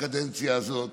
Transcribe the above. בקדנציה הזאת.